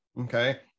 okay